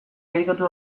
editatu